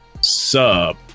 Sub